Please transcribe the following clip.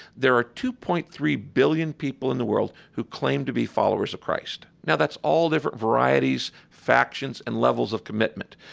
there are two point three billion people in the world who claim to be followers of christ. now, that's all different varieties, factions and levels of commitment.